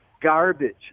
garbage